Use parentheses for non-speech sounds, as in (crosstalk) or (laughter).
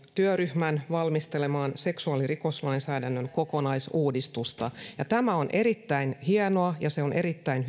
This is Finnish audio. työryhmän valmistelemaan seksuaalirikoslainsäädännön kokonaisuudistusta ja tämä on erittäin hienoa ja erittäin (unintelligible)